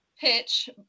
pitch